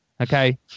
okay